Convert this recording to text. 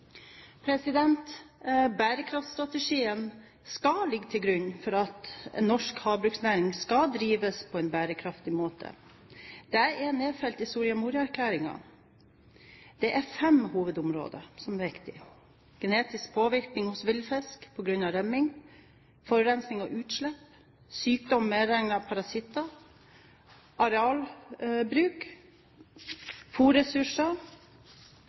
Bærekraftstrategien skal ligge til grunn for at norsk havbruksnæring skal drives på en bærekraftig måte. Dette er nedfelt i Soria Moria-erklæringen. Det er fem hovedområder som er viktige: genetisk påvirkning hos villfisk på grunn av rømming, forurensing og utslipp, sykdom medregnet parasitter, arealbruk